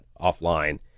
offline